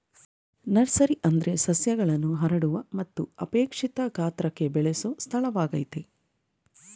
nursery ಅಂದ್ರೆ ಸಸ್ಯಗಳನ್ನು ಹರಡುವ ಮತ್ತು ಅಪೇಕ್ಷಿತ ಗಾತ್ರಕ್ಕೆ ಬೆಳೆಸೊ ಸ್ಥಳವಾಗಯ್ತೆ